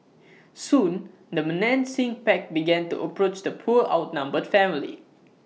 soon the menacing pack began to approach the poor outnumbered family